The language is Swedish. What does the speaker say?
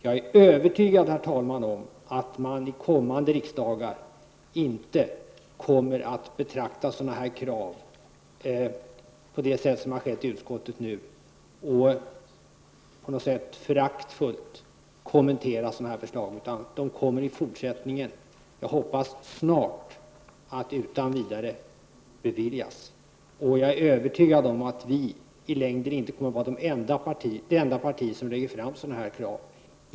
Jag är övertygad om att kommande riksdagar inte kommer att betrakta sådana krav på det sätt som har skett i utskottet nu och föraktfullt kommentera sådana förslag. Förslagen kommer i fortsättningen, jag hoppas snart, att utan vidare beviljas. Jag är övertygad om att vi i längden inte kommer att vara det enda parti som kommer att lägga fram sådana krav.